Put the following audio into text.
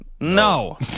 No